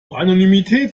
anonymität